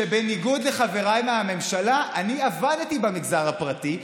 שבניגוד לחבריי מהממשלה אני עבדתי במגזר הפרטי.